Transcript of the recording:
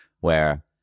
where-